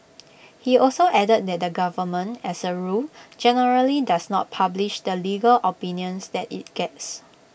he also added that the government as A rule generally does not publish the legal opinions that IT gets